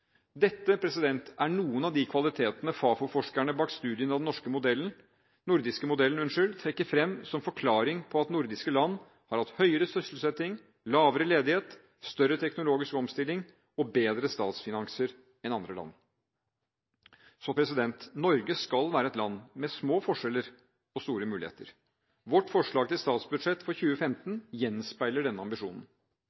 Dette er noen av de kvalitetene FAFO-forskerne bak studien av den nordiske modellen trekker fram som forklaring på at nordiske land har hatt høyere sysselsetting, lavere ledighet, større teknologisk omstilling og bedre statsfinanser enn andre land. Norge skal være et land med små forskjeller og store muligheter. Vårt forslag til statsbudsjett for 2015